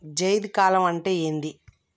జైద్ కాలం అంటే ఏంది?